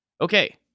Okay